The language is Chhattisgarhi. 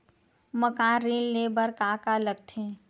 मकान ऋण ले बर का का लगथे?